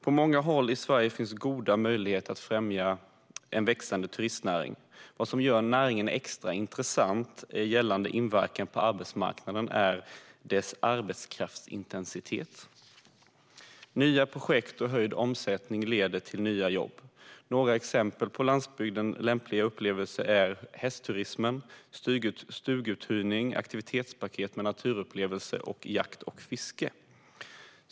På många håll i Sverige finns goda möjligheter att främja en växande turistnäring. Vad som gör näringen extra intressant gällande inverkan på arbetsmarknaden är dess arbetskraftsintensitet. Nya projekt och höjd omsättning leder till nya jobb. Några exempel på för landsbygden lämpliga upplevelser är hästturism, stuguthyrning, aktivitetspaket med naturupplevelser samt jakt och fiske.